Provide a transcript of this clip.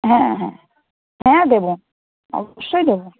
হ্যাঁ হ্যাঁ হ্যাঁ দেবো অবশ্যই দেবো